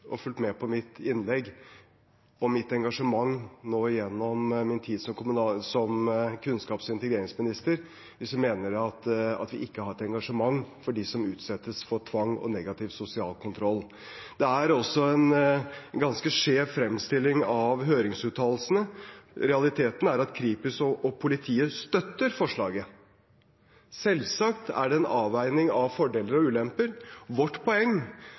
og fulgt med på – mitt innlegg og mitt engasjement gjennom min tid som kunnskaps- og integreringsminister hvis hun mener at jeg ikke har hatt engasjement for dem som utsettes for tvang og negativ sosial kontroll. Det er også en ganske skjev fremstilling av høringsuttalelsene. Realiteten er at Kripos og politiet støtter forslaget. Selvsagt er det en avveining av fordeler og ulemper. Vårt poeng